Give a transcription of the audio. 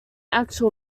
actual